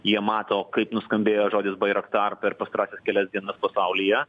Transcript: jie mato kaip nuskambėjo žodis bairaktar ar per pastarąsias kelias dienas pasaulyje